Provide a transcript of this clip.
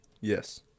yes